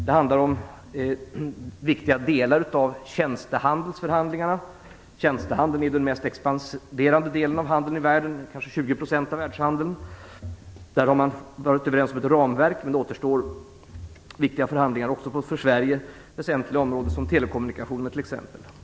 Det handlar om viktiga delar av tjänstehandelsförhandlingarna. Tjänstehandeln är den mest expanderande delen av handeln i världen - den omfattar kanske 20 % av världshandeln. Där har man varit överens om ett ramverk, men det återstår viktiga förhandlingar också på för Sverige väsentliga områden som t.ex. telekommunikationer.